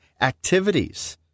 activities